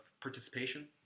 participation